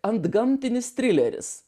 antgamtinis trileris